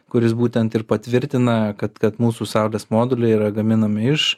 kuris būtent ir patvirtina kad kad mūsų saulės moduliai yra gaminami iš